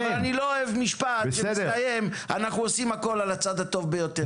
אני לא אוהב משפט שמסתיים: אנחנו עושים הכול על הצד הטוב ביותר.